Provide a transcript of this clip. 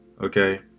okay